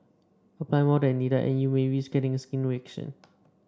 apply more than needed and you may risk getting a skin reaction